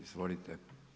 Izvolite.